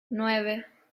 nueve